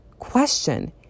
question